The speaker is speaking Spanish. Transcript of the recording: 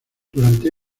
durante